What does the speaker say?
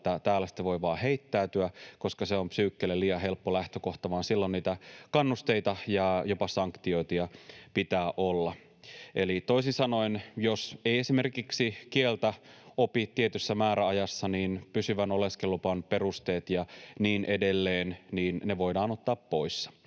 sitä voi vain heittäytyä. Se on psyykelle liian helppo lähtökohta, ja silloin niitä kannusteita ja jopa sanktioita pitää olla. Eli toisin sanoen, jos ei esimerkiksi opi kieltä tietyssä määräajassa, niin pysyvän oleskeluluvan perusteet ja niin edelleen voidaan ottaa pois.